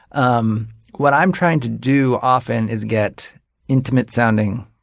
um what i'm trying to do often is get intimate sounding